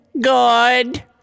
Good